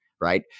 Right